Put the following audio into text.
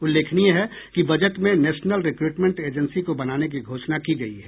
उल्लेखनीय है कि बजट में नेशनल रिक्रूटमेंट एजेंसी को बनाने की घोषणा की गयी है